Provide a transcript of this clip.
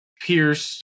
Pierce